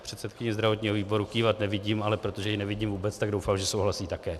Předsedkyni zdravotního výboru kývat nevidím, ale protože ji nevidím vůbec, tak doufám, že souhlasí také.